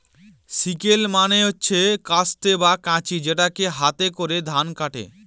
sickle মানে হচ্ছে কাস্তে বা কাঁচি যেটাকে হাতে করে ধান কাটে